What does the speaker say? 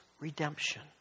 redemption